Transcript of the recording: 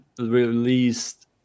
released